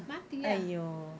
mati ah